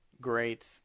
great